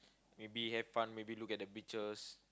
maybe have fun maybe look at the beaches